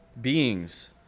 beings